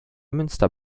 münster